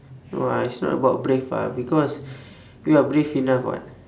no lah it's not about brave ah because we are brave enough [what]